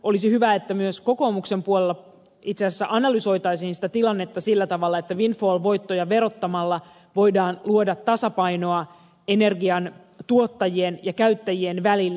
olisi hyvä että myös kokoomuksen puolella itse asiassa analysoitaisiin sitä tilannetta sillä tavalla että windfall voittoja verottamalla voidaan luoda tasapainoa energian tuottajien ja käyttäjien välille